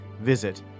Visit